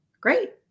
Great